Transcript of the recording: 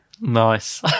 Nice